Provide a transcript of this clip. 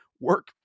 work